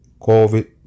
covid